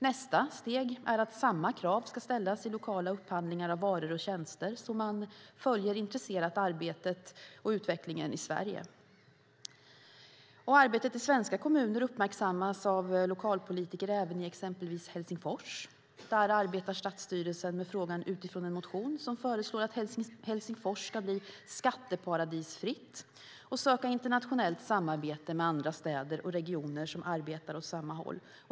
Nästa steg är att samma krav ska ställas i lokala upphandlingar av varor och tjänster. Man följer därför intresserat arbetet och utvecklingen i Sverige. Arbetet i svenska kommuner uppmärksammas även av lokalpolitiker i exempelvis Helsingfors. Där arbetar stadsstyrelsen med frågan utifrån en motion om att Helsingfors ska bli "skatteparadisfritt" och söka internationellt samarbete med andra städer och regioner som arbetar åt samma håll.